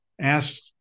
ask